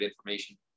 information